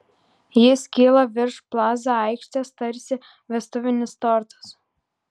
jis kyla virš plaza aikštės tarsi vestuvinis tortas